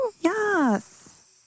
Yes